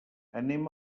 anem